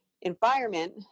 environment